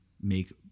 make